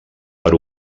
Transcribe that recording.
per